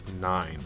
nine